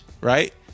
Right